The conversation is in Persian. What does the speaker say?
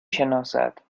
شناسد